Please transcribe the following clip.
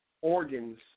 organs